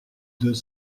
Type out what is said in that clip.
deux